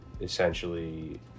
essentially